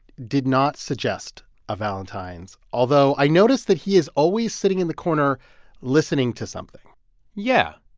did not suggest a valentines although i noticed that he is always sitting in the corner listening to something yeah.